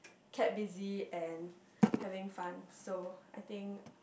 kept busy and having fun so I think